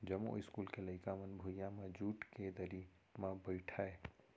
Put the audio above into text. जमो इस्कूल के लइका मन भुइयां म जूट के दरी म बइठय